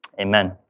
amen